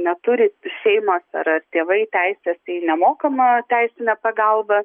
neturi šeimos ar ar tėvai teisės į nemokamą teisinę pagalbą